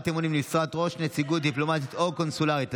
אמונים למשרת ראש נציגות דיפלומטית או קונסולרית),